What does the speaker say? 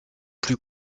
plus